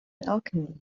alchemy